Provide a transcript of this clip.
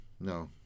no